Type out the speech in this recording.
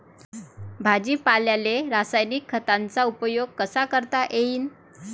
भाजीपाल्याले रासायनिक खतांचा उपयोग कसा करता येईन?